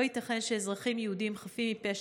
לא ייתכן שאזרחים יהודים חפים מפשע